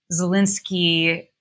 Zelensky